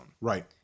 Right